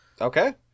Okay